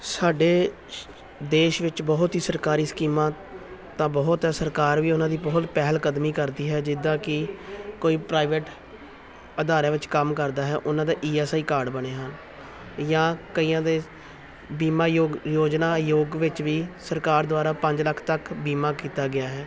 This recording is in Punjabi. ਸਾਡੇ ਸ਼ ਦੇਸ਼ ਵਿੱਚ ਬਹੁਤ ਹੀ ਸਰਕਾਰੀ ਸਕੀਮਾਂ ਤਾਂ ਬਹੁਤ ਹੈ ਸਰਕਾਰ ਵੀ ਉਹਨਾਂ ਦੀ ਬਹੁਤ ਪਹਿਲ ਕਦਮੀ ਕਰਦੀ ਹੈ ਜਿੱਦਾਂ ਕਿ ਕੋਈ ਪ੍ਰਾਈਵੇਟ ਅਦਾਰਿਆਂ ਵਿੱਚ ਕੰਮ ਕਰਦਾ ਹੈ ਉਹਨਾਂ ਦਾ ਈ ਐੱਸ ਆਈ ਕਾਰਡ ਬਣੇ ਹਨ ਜਾਂ ਕਈਆਂ ਦੇ ਬੀਮਾ ਯੋਗ ਯੋਜਨਾ ਯੋਗ ਵਿੱਚ ਵੀ ਸਰਕਾਰ ਦੁਆਰਾ ਪੰਜ ਲੱਖ ਤੱਕ ਬੀਮਾ ਕੀਤਾ ਗਿਆ ਹੈ